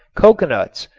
coconuts,